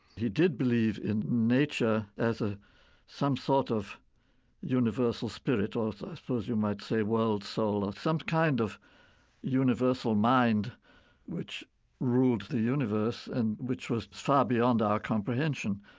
he did believe in nature as ah some sort of universal spirit, or i suppose you might say world soul, or some kind of universal mind which ruled the universe and which was far beyond our comprehension.